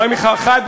אולי אחד מחברי,